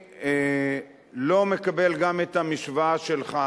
אני לא מקבל גם את המשוואה שלך,